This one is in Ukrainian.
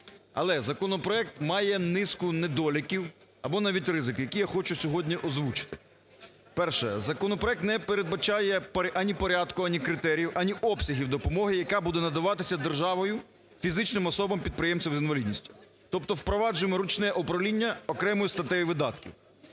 Але законопроект має низку недоліків або навіть ризиків, які я хочу сьогодні озвучити. Перше. Законопроект не передбачає ані порядку, ані критеріїв, ані обсягів допомоги, яка буде надаватися державою фізичним особам підприємцям з інвалідністю, тобто впроваджуємо ручне управління окремою статтею видатків.